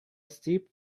steep